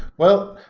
well,